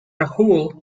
rahul